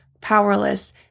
powerless